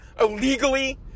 illegally